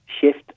shift